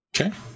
Okay